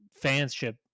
fanship